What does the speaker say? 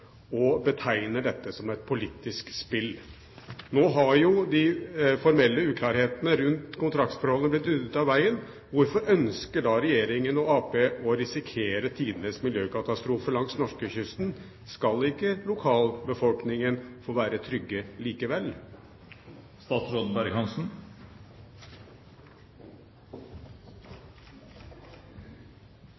og betegner dette som et politisk spill? Nå har de formelle uklarhetene rundt kontraktsforholdene blitt ryddet av veien. Hvorfor ønsker da regjeringen og Arbeiderpartiet å risikere tidenes miljøkatastrofe langs norskekysten? Skal ikke lokalbefolkningen få være trygg likevel?